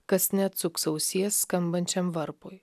kas neatsuks ausies skambančiam varpui